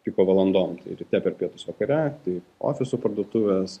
piko valandom ryte per pietus vakare tai ofiso parduotuvės